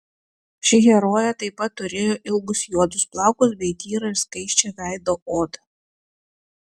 ši herojė taip pat turėjo ilgus juodus plaukus bei tyrą ir skaisčią veido odą